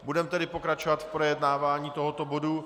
Budeme tedy pokračovat v projednávání tohoto bodu.